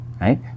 right